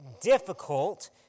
difficult